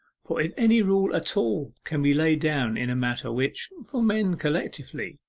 for if any rule at all can be laid down in a matter which, for men collectively,